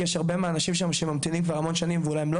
כי יש הרבה אנשים שממתנים כבר המון שנים ואולי הם לא